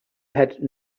had